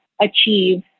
achieve